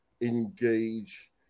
engage